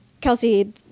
Kelsey